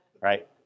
right